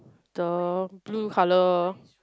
the blue colour